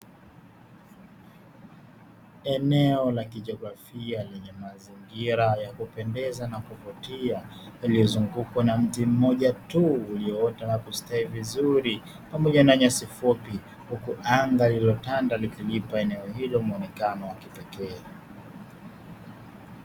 Eneo la kijogorafia lenye mazingira ya kupendeza na kuvutia lililozungukwa na mti mmoja tu ulioota na kustawi vizuri pamoja na nyasi fupi. Huku anga lililotanda likilipa eneo hilo muonekano wa kipekee.